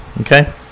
okay